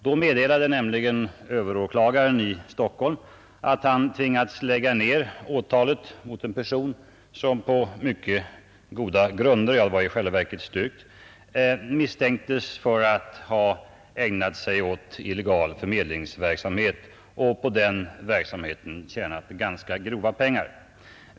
Då meddelade nämligen överåklagaren i Stockholm att han tvingats lägga ned åtalet mot en person, som på mycket goda grunder misstänktes för att ha ägnat sig åt illegal förmedlingsverksamhet och tjänat ganska grova pengar på den.